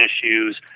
issues